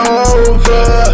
over